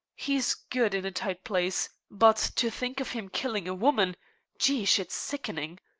he's good in a tight place, but, to think of him killing a woman jehosh, it's sickening.